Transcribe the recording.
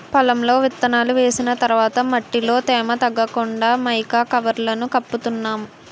పొలంలో విత్తనాలు వేసిన తర్వాత మట్టిలో తేమ తగ్గకుండా మైకా కవర్లను కప్పుతున్నాం